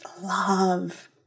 love